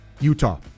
Utah